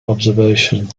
observation